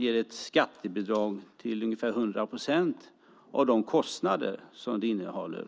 ge ett skattebidrag till ungefär 100 procent av kostnaderna.